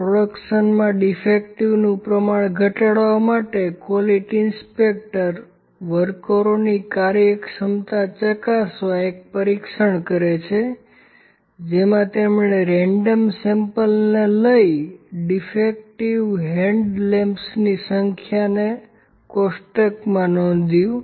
પ્રોડક્શનમાં defective નું પ્રમાણ ઘટાડવા માટે ક્વોલિટી ઇન્સ્પેક્ટર વર્કરોની કાર્યક્ષમાતા ચકાસવા એક પરીક્ષણ કરે છે જેમાં તેમણે રેન્ડમ સેમ્પલને લઈ ડીફેક્ટિવ હેડલેમ્પ્સની સંખ્યાને કોષટકમાં નોંધ્યુ